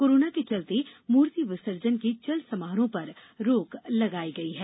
corona के चलते मूर्ति विसर्जन के चल समारोहों पर रोक लगाई गई है